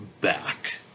back